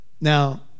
Now